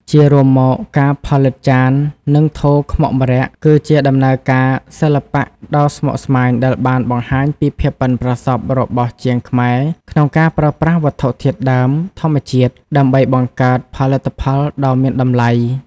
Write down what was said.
ជារួមមក ការផលិតចាន និងថូខ្មុកម្រ័ក្សណ៍គឺជាដំណើរការសិល្បៈដ៏ស្មុគស្មាញដែលបានបង្ហាញពីភាពប៉ិនប្រសប់របស់ជាងខ្មែរក្នុងការប្រើប្រាស់វត្ថុធាតុដើមធម្មជាតិដើម្បីបង្កើតផលិតផលដ៏មានតម្លៃ។